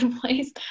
Place